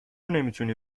نمیتونی